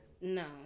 no